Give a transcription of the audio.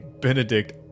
Benedict